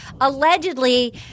allegedly –